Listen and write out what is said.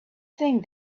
think